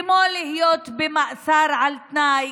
כמו להיות במאסר על תנאי,